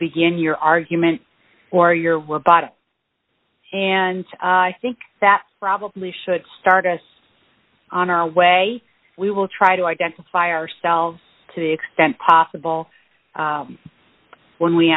begin your argument or your bottom and i think that probably should start us on our way we will try to identify ourselves to the extent possible when we